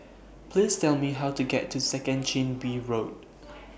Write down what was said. Please Tell Me How to get to Second Chin Bee Road